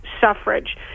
suffrage